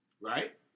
Right